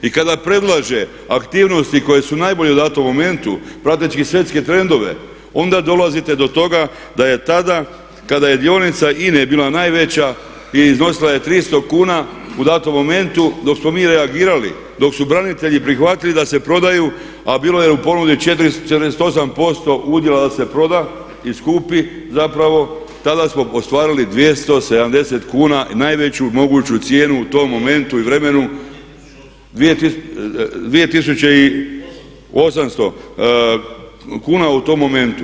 I kada predlaže aktivnosti koje su najbolje u datom momentu prateći svjetske trendove onda dolazite do toga da je tada kada je dionica INA-e bila najveća i iznosila je 300 kuna u datom momentu dok smo mi reagirali, dok su branitelji prihvatili da se prodaju a bilo je u ponudi 48% udjela da se proda i skupi zapravo, tada smo ostvarili 270 kuna najveću moguću cijenu u tom momentu i vremenu, 2800 kuna u tom momentu.